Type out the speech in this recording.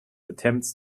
attempts